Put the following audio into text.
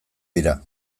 dira